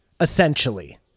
essentially